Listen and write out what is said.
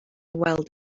weld